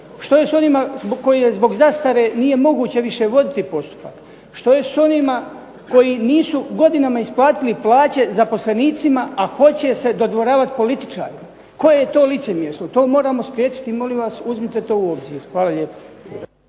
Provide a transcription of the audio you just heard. Što je sa onima koji je zbog zastare nije moguće više voditi postupak? Što je s onima koji nisu godinama isplatili plaće zaposlenicima, a hoće se dodvoravati političarima? Koje je to licemjerstvo. To moramo spriječiti i molim vas uzmite to u obzir. Hvala lijepa.